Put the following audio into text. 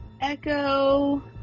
Echo